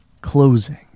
closing